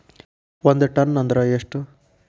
ಒಂದ್ ಟನ್ ಅಂದ್ರ ಎಷ್ಟ?